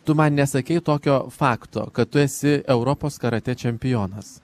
tu man nesakei tokio fakto kad tu esi europos karatė čempionas